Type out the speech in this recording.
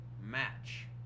match